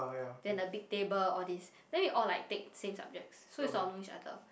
then the big table all these then we all like take same subjects so we sort of know each other